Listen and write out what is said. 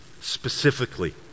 Specifically